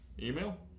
Email